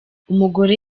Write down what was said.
umugore